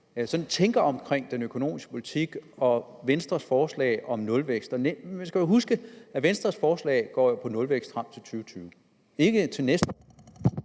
Dahl tænker om den økonomiske politik og om Venstres forslag om nulvækst. Man skal jo huske, at Venstres forslag går på nulvækst frem til 2020, ikke til næste